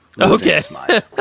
Okay